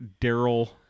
Daryl